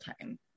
time